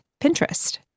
Pinterest